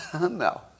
No